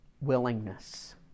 willingness